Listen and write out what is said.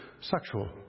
sexual